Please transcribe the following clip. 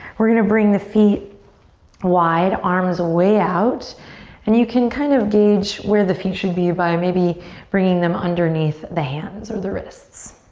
we're gonna bring the feet wide. arms way out and you can kind of gauge where the feet should be by maybe bringing them underneath the hands or the wrists.